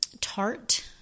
Tart